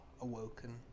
awoken